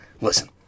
Listen